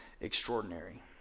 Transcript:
extraordinary